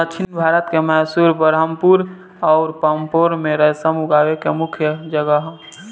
दक्षिण भारत के मैसूर, बरहामपुर अउर पांपोर में रेशम उगावे के मुख्या जगह ह